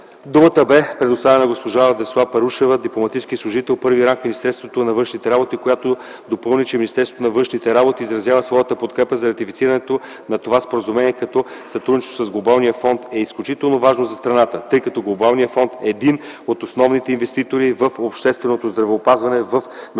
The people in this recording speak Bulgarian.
Думата бе предоставена и на госпожа Десислава Парушева, дипломатически служител първи ранг в Министерство на външните работи, която допълни, че Министерство на външните работи изразява своята подкрепа за ратифицирането на това споразумение като сътрудничеството с Глобалния фонд е изключително важно за страната, тъй като Глобалният фонд е един от основните инвеститори в общественото здравеопазване в международен